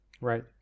Right